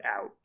out